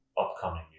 upcoming